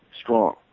strong